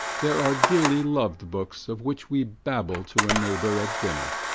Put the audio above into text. there are dearly loved books of which we babble to a neighbour at dinner,